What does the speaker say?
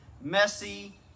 messy